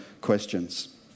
questions